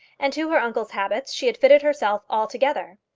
and to her uncle's habits she had fitted herself altogether.